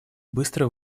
быстро